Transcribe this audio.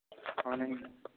అవునండి